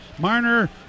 Marner